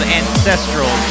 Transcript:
ancestral